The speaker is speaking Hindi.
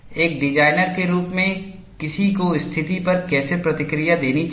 एक डिजाइनर के रूप में किसी को स्थिति पर कैसे प्रतिक्रिया देनी चाहिए